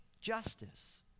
justice